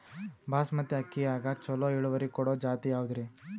ಬಾಸಮತಿ ಅಕ್ಕಿಯಾಗ ಚಲೋ ಇಳುವರಿ ಕೊಡೊ ಜಾತಿ ಯಾವಾದ್ರಿ?